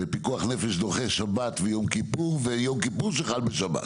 פיקוח נפש דוחה שבת ויום כיפור ויום כיפור שחל בשבת.